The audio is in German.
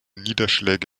niederschläge